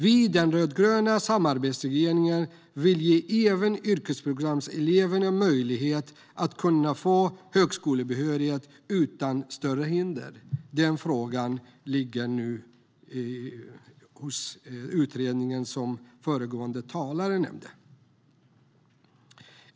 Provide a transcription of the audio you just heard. Vi i den rödgröna samarbetsregeringen vill ge även yrkesprogramseleverna möjligheten att kunna få högskolebehörighet utan större hinder. Den frågan ligger nu hos utredningen, som föregående talare nämnde.